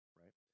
right